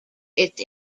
its